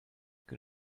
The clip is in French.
que